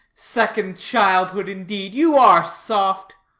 second childhood, indeed. you are soft.